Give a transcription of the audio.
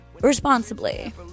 responsibly